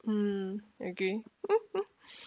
mm agree